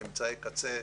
אמצעי קצה,